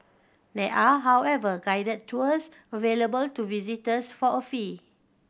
they are however guided tours available to visitors for a fee